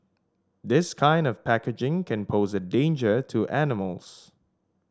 this kind of packaging can pose a danger to animals